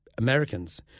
Americans